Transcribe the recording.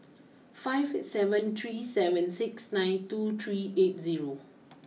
five seven three seven six nine two three eight zero